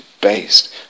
based